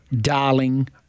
Darling